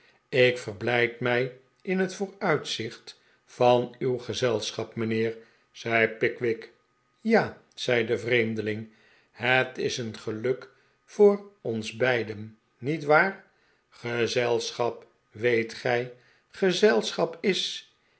ik verblijd mij in het vooruitzicht van uw gezelschap mijnheer zei pickwick ja zei de vreemdeling het is een geluk voor ons beiden niet waar gezelschap weet gij gezelschap is